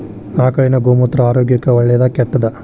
ಆಕಳಿನ ಗೋಮೂತ್ರ ಆರೋಗ್ಯಕ್ಕ ಒಳ್ಳೆದಾ ಕೆಟ್ಟದಾ?